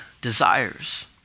desires